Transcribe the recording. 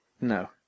No